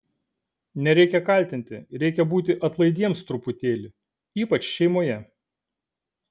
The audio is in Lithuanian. nereikia kaltinti reikia būti atlaidiems truputėlį ypač šeimoje